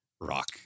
rock